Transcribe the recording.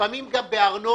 לפעמים גם בארנונה,